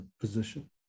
position